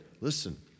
listen